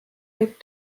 võib